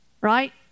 Right